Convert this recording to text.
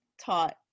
taught